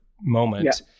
moment